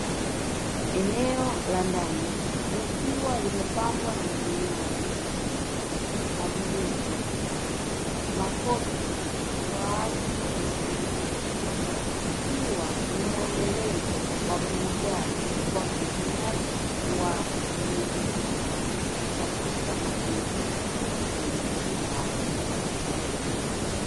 Eneo la ndani, likiwa limepambwa na vinywaji, madirisha, makochi kwa ajili ya mapumziko, ikiwa ni muendelezo wa burudani kwa mtumiaji wa kinywaji hicho katika mapumziko kwenye baa hii.